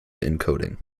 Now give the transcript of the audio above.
encoding